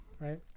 right